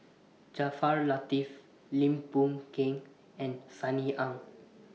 Jaafar Latiff Lim Boon Keng and Sunny Ang